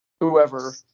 whoever